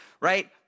Right